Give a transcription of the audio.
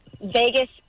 Vegas